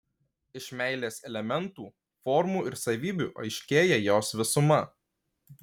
iš meilės elementų formų ir savybių aiškėja jos visuma